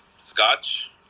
Scotch